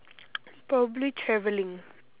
probably traveling